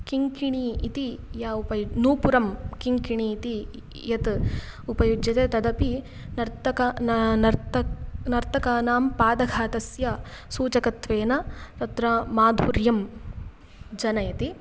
किङ्किणी इति या उपयुज्य नूपुरं किङ्किणी इति यत् उपयुज्यते तदपि नर्तकः न नर्त नर्तकानां पादघातस्य सूचकत्वेन तत्र माधुर्यं जनयति